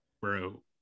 Bro